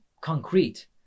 concrete